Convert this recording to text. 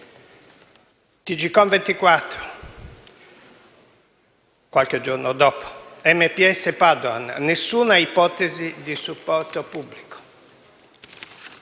Tgcom24, qualche giorno dopo: «MPS, Padoan: "Nessuna ipotesi di supporto pubblico"».